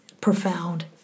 profound